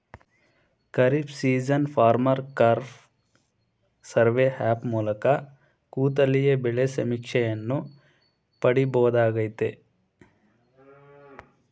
kharif season farmer crop survey app ಮೂಲಕ ಕೂತಲ್ಲಿಯೇ ಬೆಳೆ ಸಮೀಕ್ಷೆಯನ್ನು ಪಡಿಬೋದಾಗಯ್ತೆ